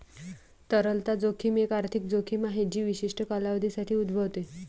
तरलता जोखीम एक आर्थिक जोखीम आहे जी विशिष्ट कालावधीसाठी उद्भवते